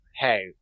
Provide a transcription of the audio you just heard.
Hey